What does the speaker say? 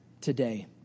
today